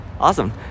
Awesome